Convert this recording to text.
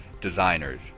designers